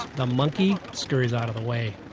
the monkey scurries out of the way.